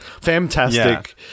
Fantastic